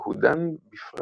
בו הוא דן בפרט